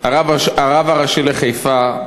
הרב הראשי לחיפה,